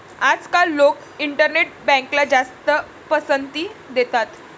आजकाल लोक इंटरनेट बँकला जास्त पसंती देतात